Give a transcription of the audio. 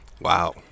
wow